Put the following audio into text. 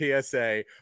PSA